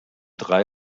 drei